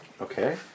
Okay